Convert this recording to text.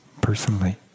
personally